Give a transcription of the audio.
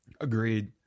Agreed